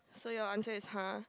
so your answer is !huh!